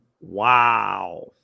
Wow